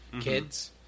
Kids